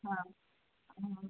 हँ हूँ